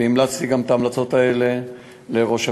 והמלצתי את ההמלצות האלה גם לראש הממשלה.